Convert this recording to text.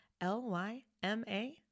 L-Y-M-A